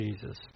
Jesus